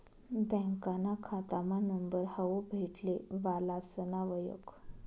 बँकाना खातामा नंबर हावू भेटले वालासना वयख